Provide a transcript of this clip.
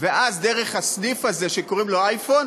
ואז דרך הסניף הזה שקוראים לו אייפון